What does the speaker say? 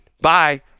Bye